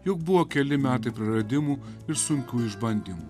juk buvo keli metai praradimų ir sunkių išbandymų